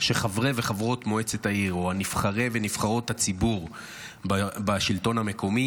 שחברי וחברות מועצת העיר או נבחרי ונבחרות הציבור בשלטון המקומי